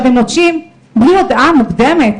הם נוטשים בלי הודעה מוקדמת.